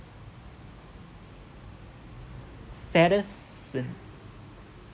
saddest scene